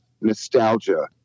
nostalgia